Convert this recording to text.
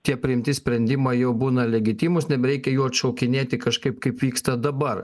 tie priimti sprendimą jau būna legitimūs nebereikia jų atšaukinėti kažkaip kaip vyksta dabar